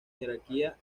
jerarquía